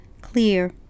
clear